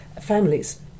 families